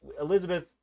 Elizabeth